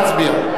נא להצביע.